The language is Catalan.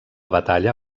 batalla